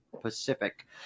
Pacific